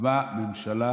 הוקמה ממשלה